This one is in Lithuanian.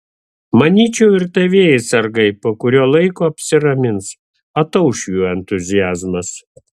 manyčiau ir tavieji sargai po kurio laiko apsiramins atauš jų entuziazmas